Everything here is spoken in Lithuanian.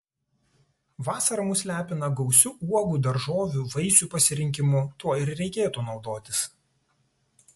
vasara mus lepina gausiu uogų daržovių vaisių pasirinkimu tuo ir reikėtų naudotis